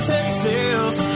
Texas